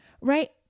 Right